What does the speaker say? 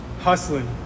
hustling